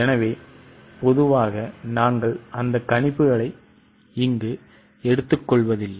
எனவே பொதுவாக நாங்கள் அந்த கணிப்புகளை இங்கு எடுத்துக்கொள்வதில்லை